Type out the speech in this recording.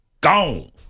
gone